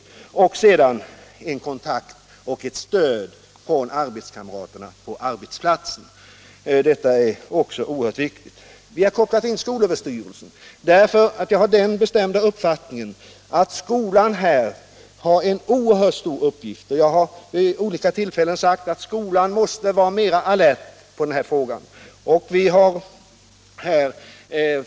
Sedan måste det vara kontakt med och stöd från arbetskamraterna på arbetsplatsen — det är också oerhört viktigt. Vi har kopplat in skolöverstyrelsen därför att jag har den bestämda uppfattningen att skolan här har en oerhört stor uppgift. Jag har vid olika tillfällen sagt att skolan måste vara mer alert i den här frågan.